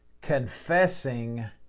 confessing